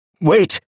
Wait